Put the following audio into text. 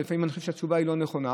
לפעמים אני חושב שהתשובה לא נכונה,